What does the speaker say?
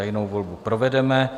Tajnou volbu provedeme.